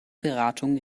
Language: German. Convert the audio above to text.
beratung